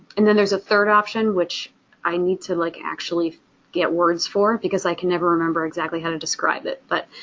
and then there's a third option which i need to like actually get words for because i can never remember exactly how to describe it. but